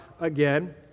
again